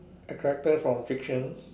character from fictions